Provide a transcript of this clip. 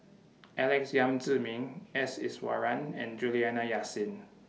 Alex Yam Ziming S Iswaran and Juliana Yasin